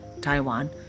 Taiwan